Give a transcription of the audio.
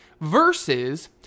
versus